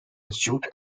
institute